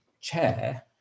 chair